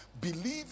Believe